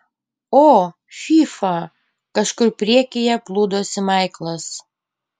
o fyfa kažkur priekyje plūdosi maiklas